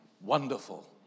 wonderful